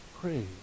pray